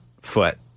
foot